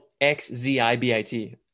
x-z-i-b-i-t